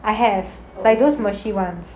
I have like those mushy [ones]